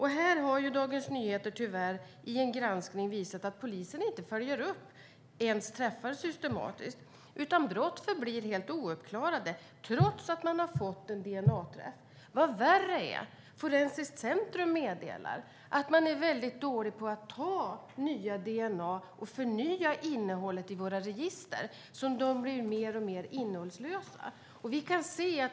Tyvärr har Dagens Nyheter i en granskning visat att polisen inte ens följer upp träffar systematiskt; brott förblir helt ouppklarade, trots att man fått en DNA-träff. Vad värre är meddelar Nationellt forensiskt centrum att man är väldigt dålig på att ta nya DNA-prov och förnya innehållet i våra register, som därmed blir mer och mer innehållslösa.